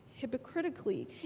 hypocritically